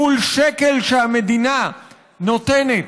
מול שקל שהמדינה נותנת,